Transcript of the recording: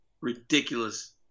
ridiculous